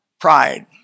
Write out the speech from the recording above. Pride